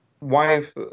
wife